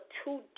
two